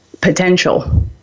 potential